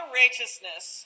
righteousness